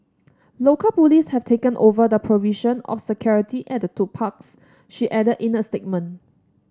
local police have taken over the provision of security at the two parks she added in a statement